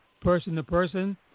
person-to-person